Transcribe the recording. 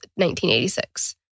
1986